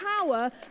power